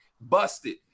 busted